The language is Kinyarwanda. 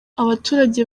abaturage